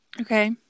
okay